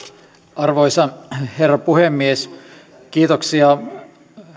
arvoisa herra puhemies kiitoksia